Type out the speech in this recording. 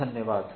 धन्यवाद